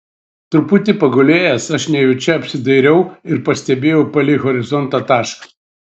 truputį pagulėjęs aš nejučia apsidairiau ir pastebėjau palei horizontą tašką